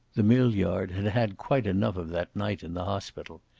the mill yard had had quite enough of that night in the hospital.